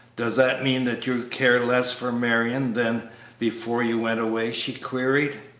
does that mean that you care less for marion than before you went away? she queried.